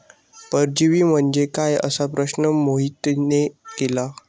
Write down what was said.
परजीवी म्हणजे काय? असा प्रश्न मोहितने केला